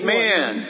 man